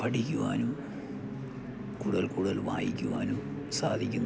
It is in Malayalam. പഠിക്കുവാനും കൂടുതൽ കൂടുതൽ വായിക്കുവാനും സാധിക്കുന്നു